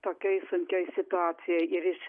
tokioj sunkioj situacijoj ir iš